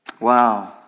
Wow